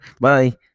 Bye